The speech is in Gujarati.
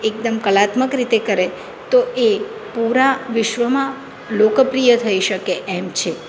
એકદમ કલાત્મક રીતે કરે તો એ પૂરા વિશ્વમાં લોકપ્રિય થઈ શકે એમ છે